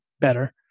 better